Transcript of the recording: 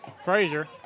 Frazier